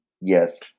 Yes